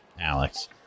Alex